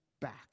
back